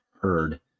heard